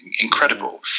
incredible